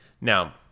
Now